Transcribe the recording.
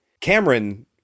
Cameron